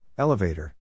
Elevator